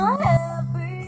happy